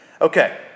Okay